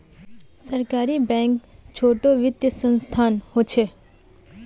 सहकारी बैंक छोटो वित्तिय संसथान होछे